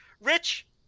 Rich